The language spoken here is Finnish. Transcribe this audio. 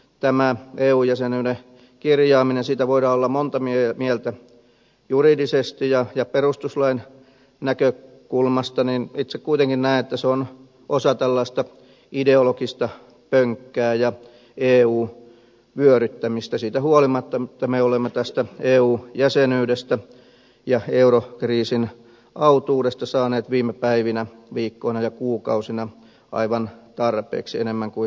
tästä eu jäsenyyden kirjaamisesta voidaan olla monta mieltä juridisesti ja perustuslain näkökulmasta mutta itse kuitenkin näen että se on osa tällaista ideologista pönkkää ja eun vyöryttämistä siitä huolimatta että me olemme tästä eu jäsenyydestä ja eurokriisin autuudesta saaneet viime päivinä viikkoina ja kuukausina aivan tarpeeksi enemmän kuin lääkäri määrää